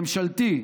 ממשלתי,